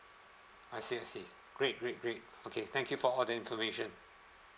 I see I see great great great okay thank you for all the information